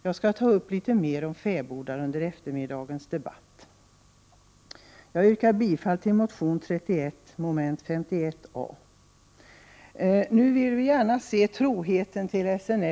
Jag skall ta upp frågan om fäbodar senare i dagens debatt. Jag yrkar bifall till reservation 31.